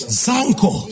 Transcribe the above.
zanko